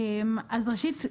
ראשית,